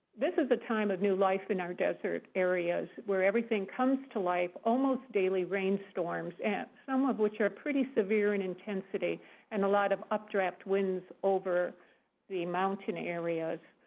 this is a time of new life in our desert areas, where everything comes to life, almost daily rainstorms, and some of which are pretty severe in intensity and a lot of updraft winds over the mountain areas.